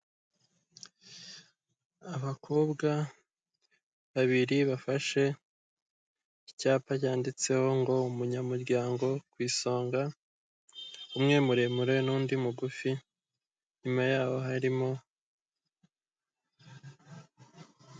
Abakobwa babiri bafashe icyapa cyanditseho ngo umunyamuryango ku isonga, umwe muremure n'undi mugufi inyuma yabo harimo.